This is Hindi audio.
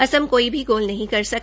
असम कोई भी गोल नहीं कर सका